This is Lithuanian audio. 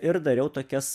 ir dariau tokias